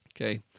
Okay